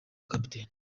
capt